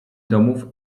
domów